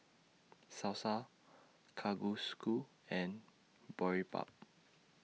Salsa Kalguksu and Boribap